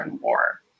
War